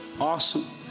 Awesome